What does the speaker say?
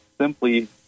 simply